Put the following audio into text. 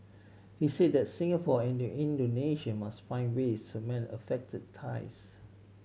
he said that Singapore and Indonesia must find ways to mend affected ties